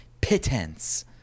pittance